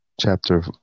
chapter